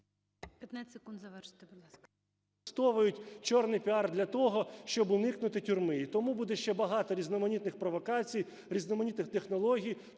15 секунд, завершуйте, будь ласка.